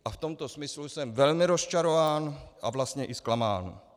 A v tomto smyslu jsem velmi rozčarován a vlastně i zklamán.